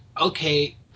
okay